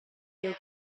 you